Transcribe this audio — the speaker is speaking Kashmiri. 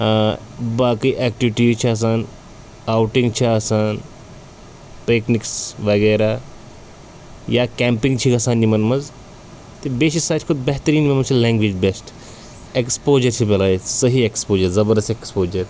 باقٕے اٮ۪کٹِوٹیٖز چھِ آسان آوٹِنٛگ چھِ آسان پِکنِکس وغیرہ یا کٮ۪مپِنٛگ چھِ گَژھان یِمَن منٛز تہٕ بیٚیہِ چھِ ساروی کھۄتہٕ بہتریٖن یِمَن منٛز چھِ لینٛگویج بٮ۪سٹ اٮ۪کٕسپوجَر چھِ بَڑان ییٚتہِ صحیح اٮ۪کٕسپوجَر زَبردست اٮ۪کٕسپوجَر